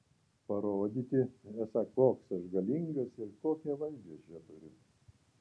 parodyti esą koks aš galingas ir kokią valdžią čia turiu